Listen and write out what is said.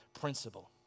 principle